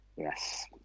Yes